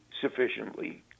sufficiently